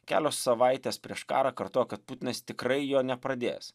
kelios savaitės prieš karą kartojo kad putinas tikrai jo nepradės